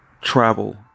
travel